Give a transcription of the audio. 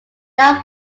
now